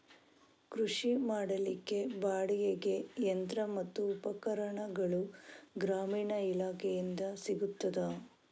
ಕೃಷಿ ಮಾಡಲಿಕ್ಕೆ ಬಾಡಿಗೆಗೆ ಯಂತ್ರ ಮತ್ತು ಉಪಕರಣಗಳು ಗ್ರಾಮೀಣ ಇಲಾಖೆಯಿಂದ ಸಿಗುತ್ತದಾ?